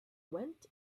went